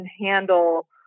handle